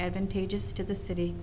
advantageous to the city